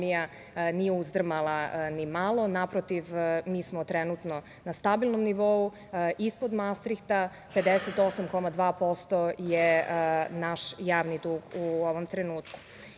nije uzdrmala nimalo. Naprotiv, mi smo trenutno na stabilnom nivou ispod mastrikta 58,2% je naš javni dug u ovom trenutku. Naravno